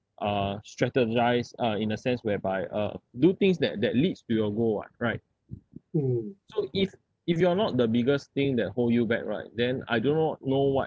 uh strategise uh in a sense whereby uh do things that that leads to your goal [what] right so if if you are not the biggest thing that hold you back right then I do not know what